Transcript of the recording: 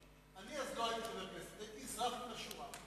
אני אז לא הייתי חבר הכנסת, הייתי אזרח מן השורה.